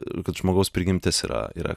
kad žmogaus prigimtis yra yra